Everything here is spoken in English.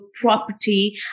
property